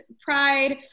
pride